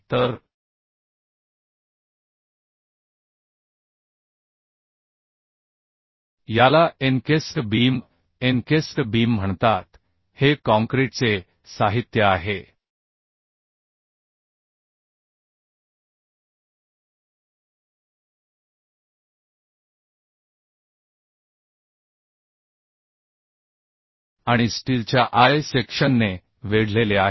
तर याला encased beam encased beam म्हणतात हे काँक्रीटचे साहित्य आहे आणि स्टीलच्या आय सेक्शनने वेढलेले आहे